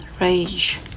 rage